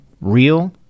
real